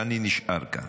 ואני נשאר כאן.